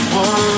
one